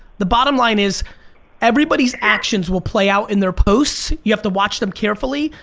the bottom line is everybody's actions will play out in their posts. you have to watch them carefully.